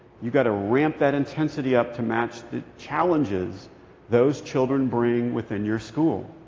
you've got to ramp that intensity up to match the challenges those children bring within your school.